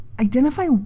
identify